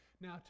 Now